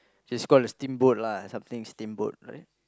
is called a steamboat lah something steamboat right